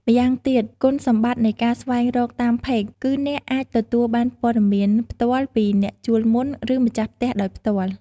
ម្យ៉ាងទៀត គុណសម្បត្តិនៃការស្វែងរកតាម ផេក គឺអ្នកអាចទទួលបានព័ត៌មានផ្ទាល់ពីអ្នកជួលមុន ឬម្ចាស់ផ្ទះដោយផ្ទាល់។